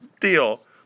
Deal